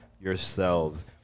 yourselves